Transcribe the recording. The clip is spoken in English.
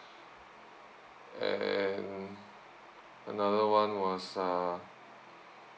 and another one was a